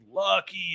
Lucky